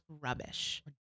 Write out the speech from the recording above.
rubbish